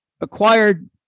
acquired